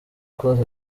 close